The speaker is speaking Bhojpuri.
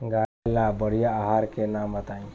गाय ला बढ़िया आहार के नाम बताई?